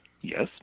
yes